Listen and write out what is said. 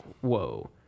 Whoa